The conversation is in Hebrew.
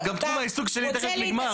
זה גם תחום העיסוק שלי שתכף נגמר,